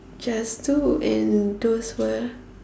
just do and those were